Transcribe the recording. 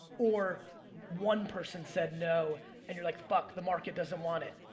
or one person said no and you're like, fuck, the market doesn't want it.